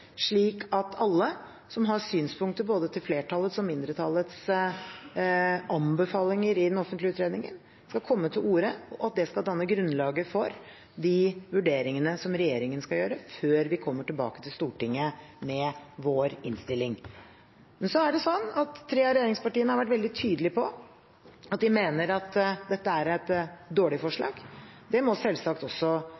slik at alle som har synspunkter på flertallets og mindretallets anbefalinger i den offentlige utredningen, skal komme til orde, og at det skal danne grunnlaget for de vurderingene som regjeringen skal gjøre før vi kommer tilbake til Stortinget med vår innstilling. Tre av regjeringspartiene har vært veldig tydelige på at de mener dette er et dårlig